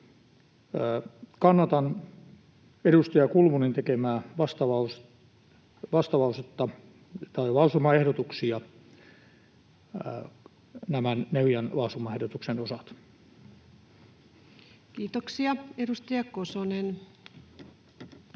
Kannatan edustaja Kulmunin tekemiä vastalauseen lausumaehdotuksia näiden neljän lausumaehdotuksen osalta. Kiitoksia. — Edustaja Kosonen.